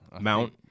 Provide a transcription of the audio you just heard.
Mount